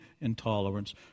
intolerance